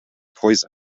poison